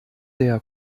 der